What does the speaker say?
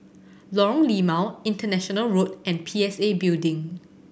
Lorong Limau International Road and P S A Building